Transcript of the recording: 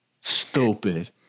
stupid